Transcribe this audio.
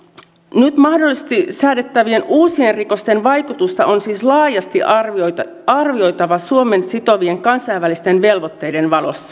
nyt mahdollisesti säädettävien uusien rikosten vaikutusta on siis laajasti arvioitava suomen sitovien kansainvälisten velvoitteiden valossa